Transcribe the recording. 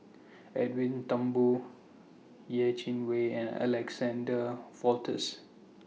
Edwin Thumboo Yeh Chin Wei and Alexander